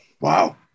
Wow